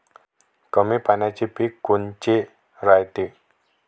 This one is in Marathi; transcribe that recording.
कमी पाण्याचे पीक कोनचे रायते?